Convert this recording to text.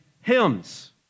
hymns